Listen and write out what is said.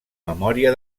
memòria